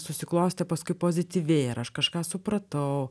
susiklostė paskui pozityviai ir aš kažką supratau